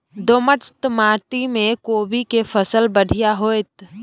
दोमट माटी में कोबी के फसल बढ़ीया होतय?